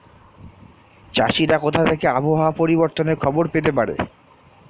চাষিরা কোথা থেকে আবহাওয়া পরিবর্তনের খবর পেতে পারে?